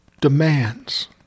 demands